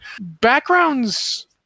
backgrounds